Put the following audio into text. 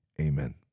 Amen